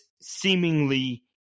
seemingly